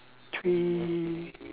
three